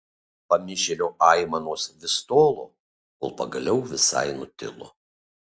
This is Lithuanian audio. pamišėlio aimanos vis tolo kol pagaliau visai nutilo